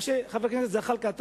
חבר הכנסת זחאלקה,